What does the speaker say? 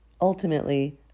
ultimately